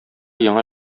яңа